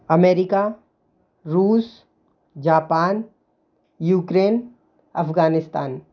America Russia Japan Ukraine Afghanistan